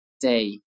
Day